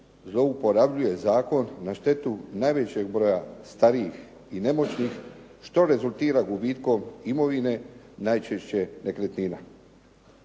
zlouporabljuje zakon na štetu najvećeg broja starijih i nemoćnih što rezultira gubitkom imovine najčešće nekretnina.